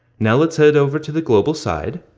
now let's head over to the global side,